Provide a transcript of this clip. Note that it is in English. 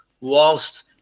whilst